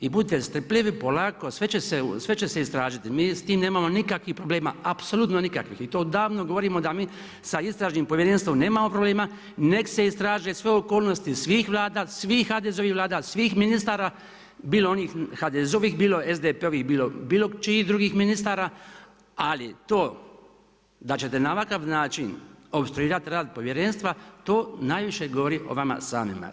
I budite strpljivi, polako sve će se istražiti, mi s tim nemamo nikakvih problema, apsolutno nikakvih i to odavno govorimo da mi sa istražnim povjerenstvom nemamo problema, nek se istraže sve okolnosti svi vlada, svih HDZ-ovih vlada, svih ministara bilo onih HDZ-ovi, bilo SDP-ovih bilo čijih drugih ministara, ali to da ćete na ovakav način opstruirati rad povjerenstva to najviše govori o vama samima.